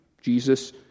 Jesus